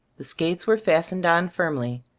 the skates were fastened on firmly,